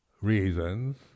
reasons